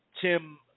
Tim